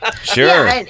Sure